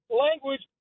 language